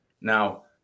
Now